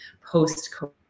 post-COVID